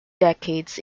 decades